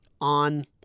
on